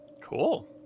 Cool